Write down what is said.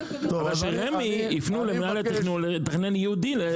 אז שרמ"י יפנו למינהל התכנון לתכנן ייעודי לסופרים.